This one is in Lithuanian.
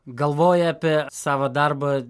galvoji apie savo darbą